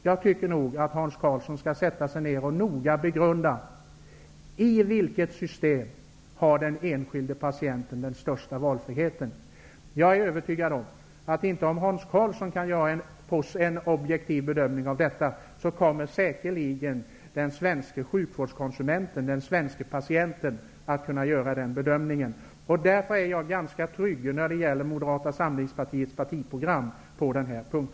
Jag tycker nog att Hans Karlsson skall sätta sig ned och noga begrunda i vilket system som den enskilda patienten har den största valfriheten. Jag är övertygad om att om inte Hans Karlsson kan göra en objektiv bedömning av detta, kommer säkerligen den svenska sjukvårdskonsumenten, den svenska patienten, att kunna göra denna bedömning. Därför är jag ganska trygg när det gäller Moderata samlingspartiets partiprogram på denna punkt.